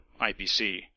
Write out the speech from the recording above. IPC